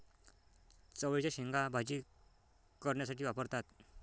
चवळीच्या शेंगा भाजी करण्यासाठी वापरतात